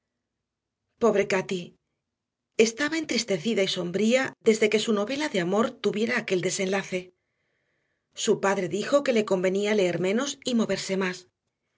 pobre cati estaba entristecida y sombría desde que su novela de amor tuviera aquel desenlace su padre dijo que le convenía leer menos y moverse más